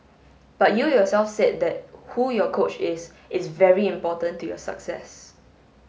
but you yourself said that who your coach is is very important to your success